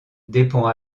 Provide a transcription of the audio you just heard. dépend